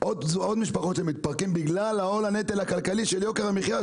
עוד משפחות שמתפרקות בגלל עול הנטל הכלכלי של יוקר המחיה,